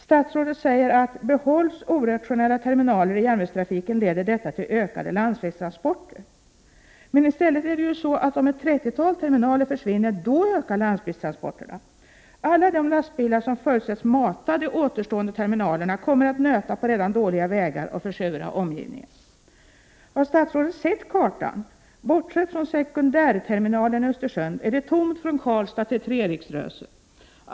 Statsrådet säger: ”Behålls orationella terminaler i järnvägstrafiken leder detta till ökade landsvägstransporter.” Men om ett trettiotal terminaler försvinner, då ökar i stället lastbilstransporterna. Alla de lastbilar som förutsätts mata de återstående terminalerna kommer att nöta på redan dåliga vägar och försura omgivningen. Har statsrådet sett kartan? Bortsett från sekundärterminalen i Östersund är det tomt från Karlstad till Treriksröset.